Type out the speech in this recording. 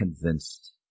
convinced